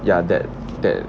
ya that that